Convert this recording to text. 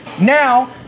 Now